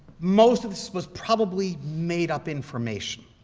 most of this was probably made up information.